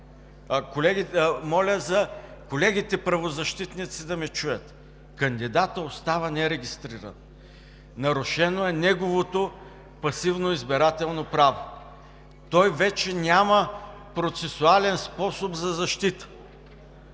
колегите правозащитници да ме чуят: кандидатът остава нерегистриран. Нарушено е неговото пасивно избирателно право. Той вече няма процесуален способ за защита